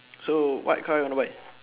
so what car you wanna buy